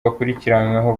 bakurikiranyweho